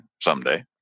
someday